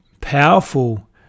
powerful